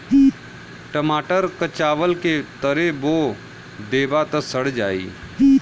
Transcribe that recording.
टमाटर क चावल के तरे बो देबा त सड़ जाई